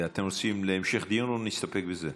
אתם רוצים המשך דיון או נסתפק בזה?